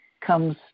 comes